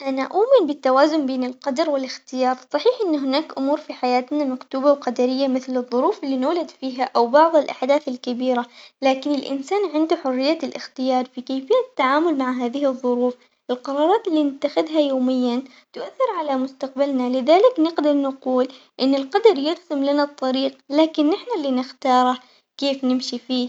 أنا أؤمن بالتوازن بين القدر والاختيار، صحيح أن هناك أمور في حياتنا مكتوبة وقدرية مثل الظروف اللي نولد فيها أو بعض الأحداث الكبيرة لكن الإنسان عنده حرية الاختيار في كيفية التعامل مع هذه الظروف، القرارات اللي نتخذها يومياً تؤثر على مستقبلنا لذلك نقدر نقول إن القدر يرسم لنا الطريق لكن نحنا اللي نختاره كيف نمشي فيه.